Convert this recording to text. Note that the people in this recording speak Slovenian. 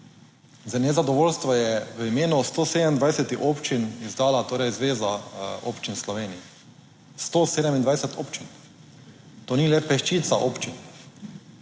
Za nezadovoljstvo je v imenu 127 občin izdala, torej Zveza občin Slovenije. 127 občin, to ni le peščica občin.